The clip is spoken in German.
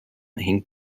hinkt